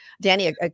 Danny